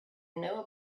know